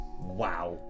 Wow